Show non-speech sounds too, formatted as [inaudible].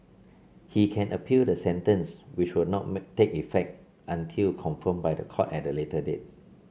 he can appeal the sentence which will not [unintelligible] take effect until confirmed by the court at a later date